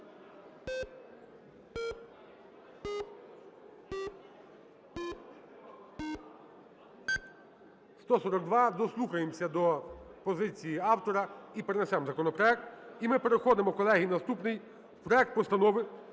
142. Дослухаємося до позиції автора і перенесемо законопроект. І ми переходимо, колеги, наступний - проект Постанови